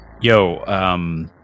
Yo